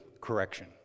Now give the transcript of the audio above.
correction